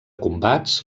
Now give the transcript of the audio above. combats